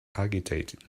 agitated